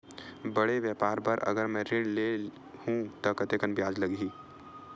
बड़े व्यापार बर अगर मैं ऋण ले हू त कतेकन ब्याज लगही?